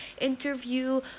interview